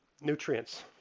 nutrients